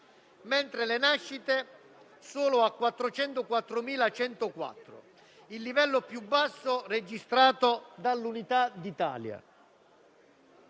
mentre le nascite solo a 404.104, il livello più basso mai registrato dall'Unità d'Italia.